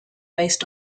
based